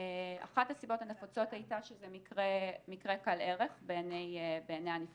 אחת הסיבות הנפוצות הייתה שזה מקרה קל ערך בעיניי הנפגע.